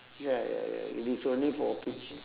ya ya ya it is only for pe~